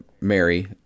Mary